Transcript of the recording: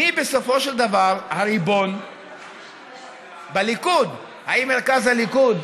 מי בסופו של דבר הריבון בליכוד: האם מרכז הליכוד,